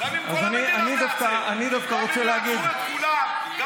גם אם כל המדינה תיעצר, גם אם יעצרו את כולם.